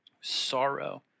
sorrow